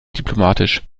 diplomatisch